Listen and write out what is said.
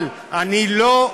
אבל אני לא,